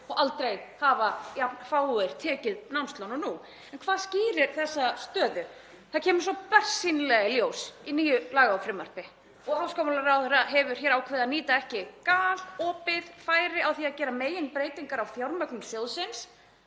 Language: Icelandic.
og aldrei hafa jafn fáir tekið námslán og nú. En hvað skýrir þessa stöðu? Það kemur svo bersýnilega í ljós í nýju lagafrumvarpi og háskólamálaráðherra hefur ákveðið að nýta hér ekki galopið færi á því að gera meginbreytingar á fjármögnun sjóðsins.